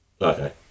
Okay